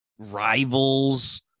rivals